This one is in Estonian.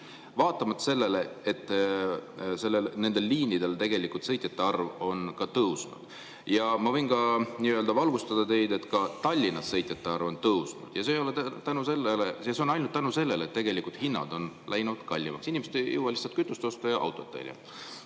vaatamata sellele, et nendel liinidel tegelikult sõitjate arv on tõusnud. Ma võin nii-öelda valgustada teid, et ka Tallinnas on sõitjate arv tõusnud. See on nii ainult tänu sellele, et tegelikult hinnad on läinud kallimaks, inimesed ei jõua lihtsalt kütust osta. Teiselt